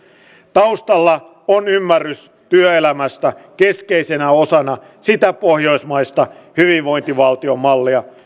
taustalla on ymmärrys työelämästä keskeisenä osana sitä pohjoismaista hyvinvointivaltiomallia